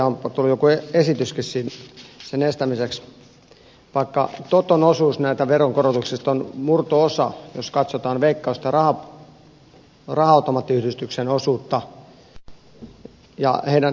on tullut joku esityskin sen estämiseksi vaikka toton osuus näistä veronkorotuksista on murto osa jos katsotaan veikkauksen tai raha automaattiyhdistyksen osuutta ja niiden maksamia veroja